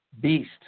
beast